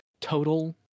total